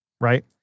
right